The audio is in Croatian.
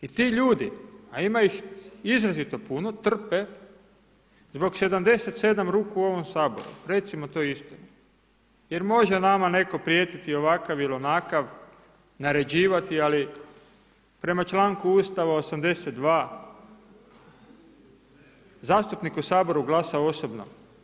I ti ljudi, a ima ih izrazito puno trpe zbog 77 ruku u ovom SAboru, recimo to isto jer može nama neko prijetiti ovakav ili onakav, naređivati, ali prema članku Ustava 82. zastupnik u SAboru glasa osobno.